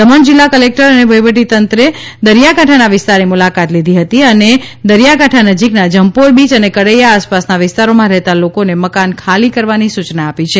દમણ જિલ્લા ક્લેક્ટર અને વહીવટીતંત્રે દરિયા કાંઠાના વિસ્તારની મુલાકાત લીધી હતી અને દરિયાકાંઠા નજીકના જમ્પોર બીચ અને કડૈયા આસપાસના વિસ્તારોમાં રહેતા લોકોને મકાન ખાલી કરવાની સૂચના આપી છે